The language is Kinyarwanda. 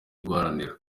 guharanira